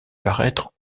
paraître